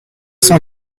cent